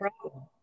problem